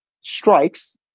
strikes